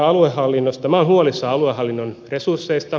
minä olen huolissani aluehallinnon resursseista